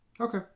Okay